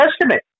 Testament